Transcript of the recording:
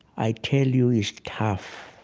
i tell you, is tough.